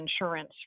insurance